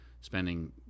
spending